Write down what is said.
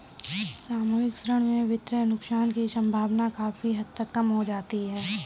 सामूहिक ऋण में वित्तीय नुकसान की सम्भावना काफी हद तक कम हो जाती है